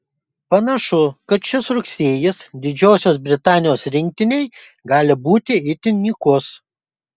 panašu kad šis rugsėjis didžiosios britanijos rinktinei gali būti itin nykus